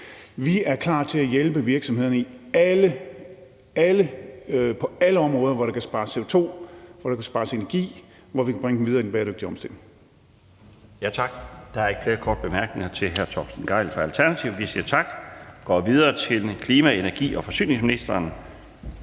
Vi er klar til at hjælpe virksomhederne på alle områder, hvor der kan spares CO2, hvor der kan spares energi, og hvor vi kan bringe dem videre i den bæredygtige omstilling. Kl. 16:33 Den fg. formand (Bjarne Laustsen): Tak. Der er ikke flere korte bemærkninger til hr. Torsten Gejl fra Alternativet. Vi siger tak og går videre til klima-, energi- og forsyningsministeren.